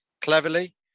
cleverly